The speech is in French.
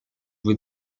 vous